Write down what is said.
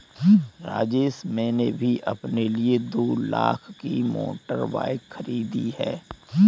राजेश मैंने भी अपने लिए दो लाख की मोटर बाइक खरीदी है